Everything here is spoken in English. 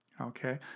okay